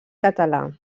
català